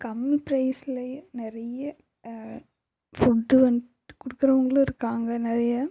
கம்மி ப்ரைஸ்லையே நிறைய ஃபுட்டு வந்துட்டு கொடுக்குறவங்களும் இருக்காங்க நிறைய